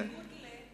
בניגוד ל-?